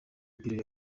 biro